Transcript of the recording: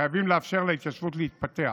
חייבים לאפשר להתיישבות להתפתח,